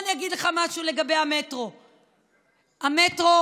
תעני לגופו של עניין,